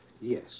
Yes